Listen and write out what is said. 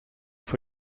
for